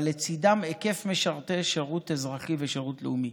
אבל לצידם להיקף משרתי שירות אזרחי ושירות לאומי.